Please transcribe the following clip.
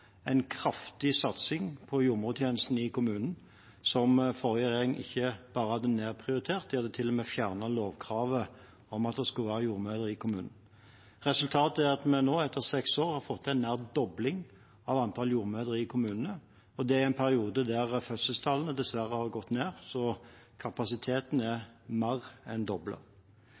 en kraftig satsing på jordmortjenesten i kommunene, som forrige regjering ikke bare hadde nedprioritert, de hadde til og med fjernet lovkravet om at det skulle være jordmødre i kommunene. Resultatet er at vi nå, etter seks år, har fått en nær dobling av antall jordmødre i kommunene, og det i en periode der fødselstallene dessverre har gått ned – så kapasiteten er mer enn doblet.